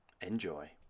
enjoy